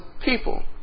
people